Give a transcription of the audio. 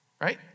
right